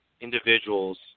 individuals